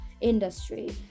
industry